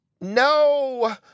No